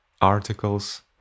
articles